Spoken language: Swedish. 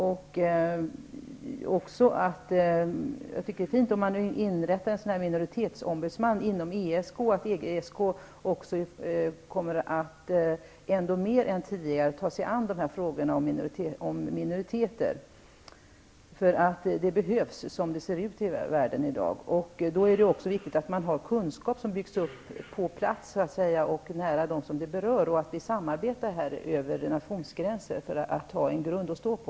Det är fint att inrätta en minoritetsombudsman inom ESK och att ESK kommer mer än tidigare tar sig an frågorna om minoriteter. Det behövs med tanke på hur det ser ut i världen i dag. Det är då viktigt att där finns kunskap som byggs upp på plats och nära de som är berörda, och att det sker ett samarbete över nationsgränserna så att det finns en grund att stå på.